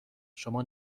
شما